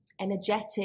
energetic